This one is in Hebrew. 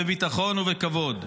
בביטחון ובכבוד.